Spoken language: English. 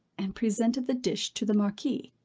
and presented the dish to the marquis.